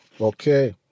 Okay